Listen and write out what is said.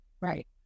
Right